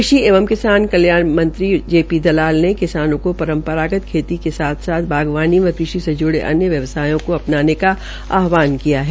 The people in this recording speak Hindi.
कृषि एवं किसान कल्याण मंत्री जे पी दलाल ने किसानों को परम्परागत खेती के साथ बागवानी व कृषि से जुड़े अन्य व्यवसायों को अपनाने का आहवान किया है